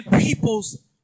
people's